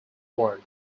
word